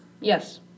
Yes